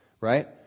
right